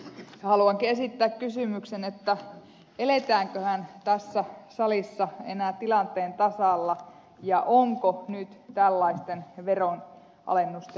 haluankin esittää kysymyksen eletäänköhän tässä salissa enää tilanteen tasalla ja onko nyt tällaisten veronalennusten aika